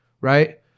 right